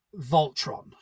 voltron